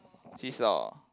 see saw